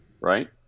Right